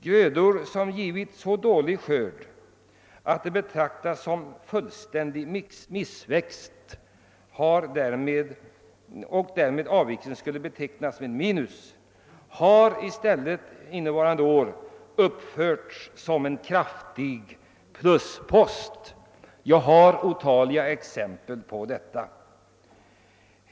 Grödor som givit så dålig skörd att de betraktas som fullständig missväxt, så att avvikelsen skulle betecknas med minus, har i stället innevarande år uppförts som en kraftig pluspost. Jag har otaliga exempel på detta.